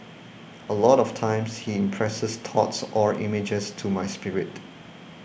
a lot of times he impresses thoughts or images to my spirit